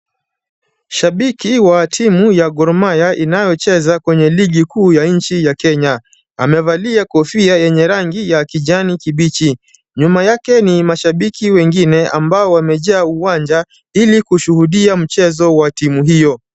Shabiki wa timu ya Gor Mahia inayocheza kwenye ligi kuu ya nchi ya Kenya. Amevalia kofia yenye rangi ya kijani kibichi. Nyuma yake ni mashabiki wengine ambao wamejaa uwanja ili kushuhudia mchezo wa timu hiyo.